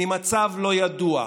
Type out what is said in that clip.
ממצב לא ידוע.